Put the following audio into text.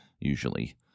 usually